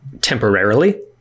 temporarily